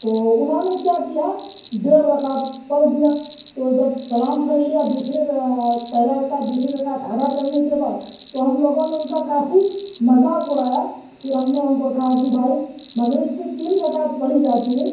تو انہوں نے کیا کیا ڈیڑھ رکعت پڑھ دیا تو جب سلام پھیر لیا دوسرے پہلا رکعت دوسری رکعت ادا کرنے کے بعد تو ہم لوگوں نے ان کا کافی مذاق اڑیا پھر ہم نے ان کو کہا کہ بھائی مغرب کی تین رکعت پڑھی جاتی ہے